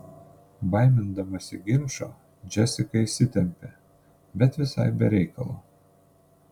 baimindamasi ginčo džesika įsitempė bet visai be reikalo